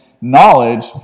knowledge